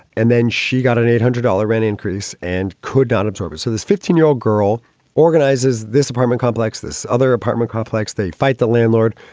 and then she got an eight hundred dollar rent increase and could not absorb it. so this fifteen year old girl organizes this apartment complex, this other apartment complex. they fight the landlord.